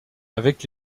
avec